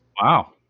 Wow